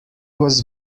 was